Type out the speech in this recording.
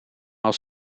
als